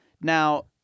Now